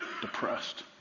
depressed